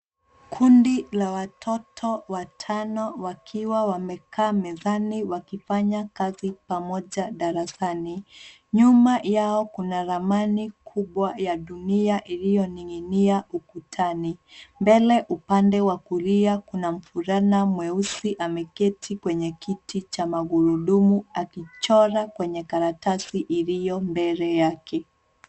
Kundi la watoto watano wakiwa wamekaa mezani wakifanya kazi pamoja darasani. Nyuma yao kuna ramani kubwa ya dunia iliyoning'inia ukutani. Mbele upande wa kulia kuna mvulana mweusi ameketi kwenye kiti cha magurudumu akichora kwenye karatasi iliyo mbele yake.